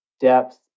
depth